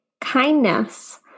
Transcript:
kindness